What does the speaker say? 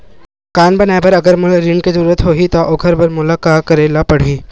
मकान बनाये बर अगर मोला ऋण के जरूरत होही त ओखर बर मोला का करे ल पड़हि?